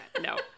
no